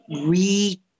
re